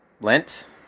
Lent